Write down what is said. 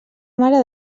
mare